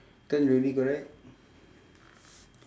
ten already correct